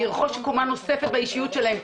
לרכוש קומה נוספת באישיות שלהם,